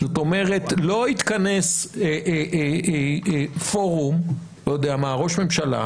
זאת אומרת לא התכנס פורום, לא יודע מה, ראש ממשלה